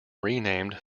renamed